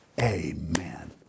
Amen